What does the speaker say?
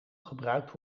gebruikt